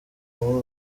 muri